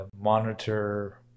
monitor